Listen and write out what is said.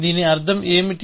దీని అర్థం ఏమిటి